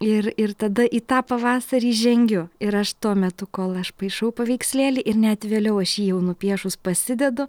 ir ir tada į tą pavasarį žengiu ir aš tuo metu kol aš paišau paveikslėlį ir net vėliau aš jį jau nupiešus pasidedu